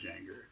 anger